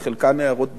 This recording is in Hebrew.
לחלקם הערות ביקורתיות.